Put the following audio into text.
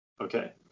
Okay